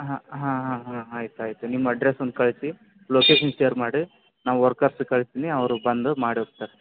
ಹಾಂ ಹಾಂ ಹಾಂ ಹಾಂ ಹಾಂ ಆಯ್ತು ಆಯ್ತು ನಿಮ್ಮ ಅಡ್ರಸ್ಸ್ ಒಂದು ಕಳಿಸಿ ಲೊಕೇಶನ್ ಶೇರ್ ಮಾಡಿ ನಾವು ವರ್ಕರ್ಸಿಗೆ ಕಳಿಸ್ತಿನಿ ಅವ್ರು ಬಂದು ಮಾಡಿ ಹೋಗ್ತರೆ